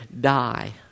die